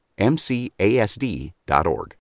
MCASD.org